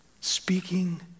Speaking